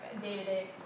day-to-day